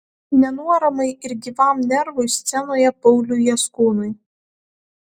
nenuoramai ir gyvam nervui scenoje pauliui jaskūnui